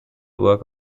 work